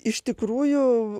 iš tikrųjų